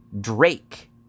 Drake